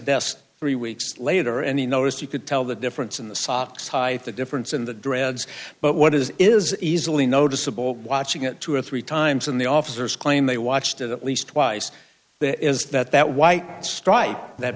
desk three weeks later and he noticed you could tell the difference in the socks hi the difference in the dreads but what is is easily noticeable watching it two or three times in the officers claim they watched at least twice that is that that white stripe that